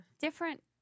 different